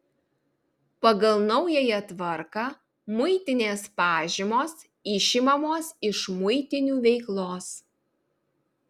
pagal naująją tvarką muitinės pažymos išimamos iš muitinių veiklos